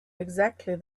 exactly